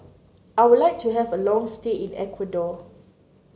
I would like to have a long stay in Ecuador